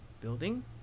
building